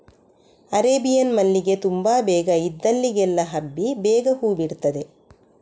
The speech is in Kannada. ಅರೇಬಿಯನ್ ಮಲ್ಲಿಗೆ ತುಂಬಾ ಬೇಗ ಇದ್ದಲ್ಲಿಗೆಲ್ಲ ಹಬ್ಬಿ ಬೇಗ ಹೂ ಬಿಡ್ತದೆ